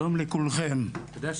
שלום לכולכם --- תשב,